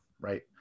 right